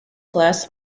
class